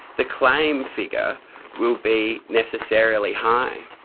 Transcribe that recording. the claim figure will be necessarily high.